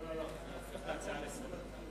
לא, הצעת החוק תהפוך להצעה לסדר-היום.